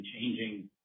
changing